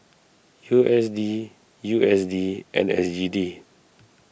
U S D U S D and S E D